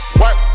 work